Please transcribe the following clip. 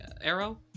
arrow